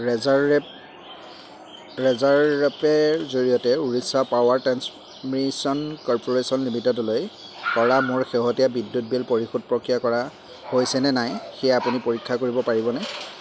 razor rap ৰেজাৰ ৰেপেৰ জৰিয়তে উৰিষ্যা পাৱাৰ ট্ৰেন্সমিশ্যন কৰ্পোৰেচন লিমিটেডলৈ কৰা মোৰ শেহতীয়া বিদ্যুৎ বিল পৰিশোধ প্ৰক্ৰিয়া কৰা হৈছে নে নাই সেয়া আপুনি পৰীক্ষা কৰিব পাৰিবনে